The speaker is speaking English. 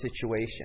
situation